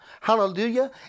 Hallelujah